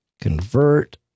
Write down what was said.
convert